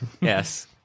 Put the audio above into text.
Yes